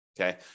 Okay